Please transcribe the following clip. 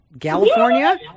California